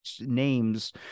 names